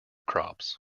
crops